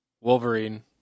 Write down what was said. Wolverine